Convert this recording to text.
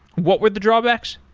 what were the drawbacks?